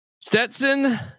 Stetson